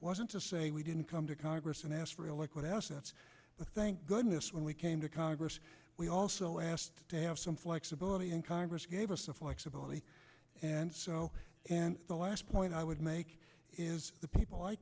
wasn't to say we didn't come to congress and ask for a like what assets but thank goodness when we came to congress we also asked to have some flexibility in congress gave us a flexibility and so and the last point i would make is the people i